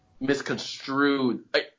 misconstrued